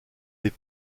les